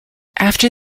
after